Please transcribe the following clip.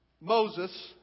Moses